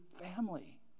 family